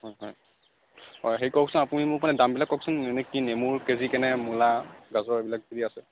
হয় হয় অ' হেৰি কৰকচোন আপুনি মোক মানে দামবিলাক কওকচোন এনে কি নেমুৰ কেজি কেনে মূলা গাজৰ এইবিলাক যি আছে